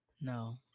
No